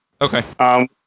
Okay